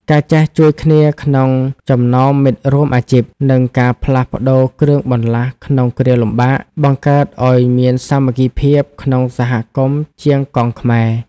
ការចេះជួយគ្នាក្នុងចំណោមមិត្តរួមអាជីព និងការផ្លាស់ប្តូរគ្រឿងបន្លាស់ក្នុងគ្រាលំបាក បង្កើតឱ្យមានសាមគ្គីភាពក្នុងសហគមន៍ជាងកង់ខ្មែរ។